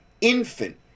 infant